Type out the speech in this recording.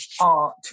art